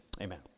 amen